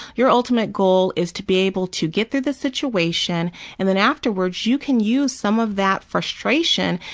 your ultimate goal is to be able to get to the situation and then afterwards, you can use some of that frustration,